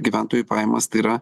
gyventojų pajamas tai yra